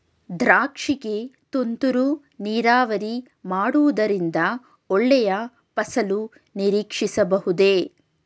ದ್ರಾಕ್ಷಿ ಗೆ ತುಂತುರು ನೀರಾವರಿ ಮಾಡುವುದರಿಂದ ಒಳ್ಳೆಯ ಫಸಲು ನಿರೀಕ್ಷಿಸಬಹುದೇ?